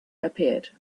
appeared